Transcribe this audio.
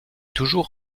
toujours